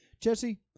Jesse